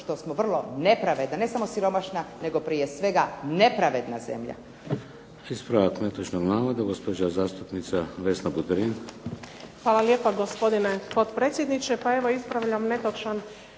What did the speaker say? što smo vrlo nepravedna, ne samo siromašna nego prije svega nepravedna zemlja.